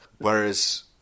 Whereas